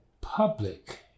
public